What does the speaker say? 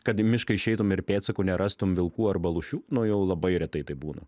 kad į mišką išeitum ir pėdsakų nerastum vilkų arba lūšių nu jau labai retai taip būna